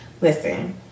Listen